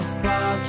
far